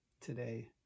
today